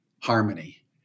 harmony